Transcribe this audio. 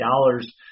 dollars